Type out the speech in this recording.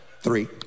Three